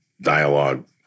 dialogue